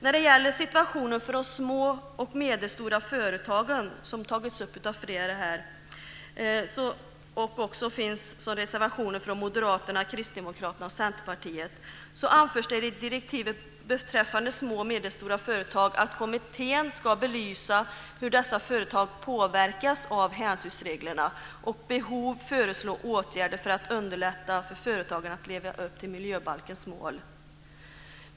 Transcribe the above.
När det gäller situationen för de små och medelstora företagen, som tagits upp av flera här och även i reservationer från Moderaterna, Kristdemokraterna och Centerpartiet, anförs det i direktivet att kommittén ska belysa hur dessa företag påverkas av hänsynsreglerna och vid behov föreslå åtgärder för att underlätta för företagen att leva upp till miljöbalkens mål.